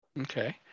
Okay